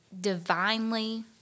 divinely